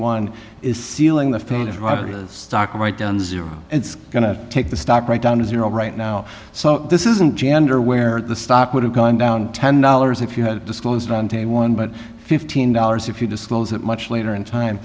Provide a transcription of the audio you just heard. dollars is sealing the stock right down zero and it's going to take the stock right down to zero right now so this isn't gender where the stock would have gone down ten dollars if you had disclosed vontae one but fifteen dollars if you disclose that much later in time